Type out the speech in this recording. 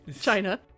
China